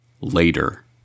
later